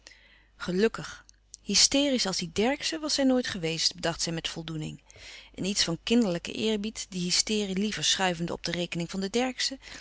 gelukkig hysteriesch als die derckszen was zij nooit geweest bedacht zij met voldoening in iets van kinderlijken eerbied die hysterie liever schuivende op de rekening van de